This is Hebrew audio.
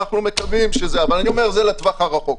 אני אומר שזה לטווח הרחוק.